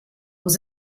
was